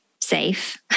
safe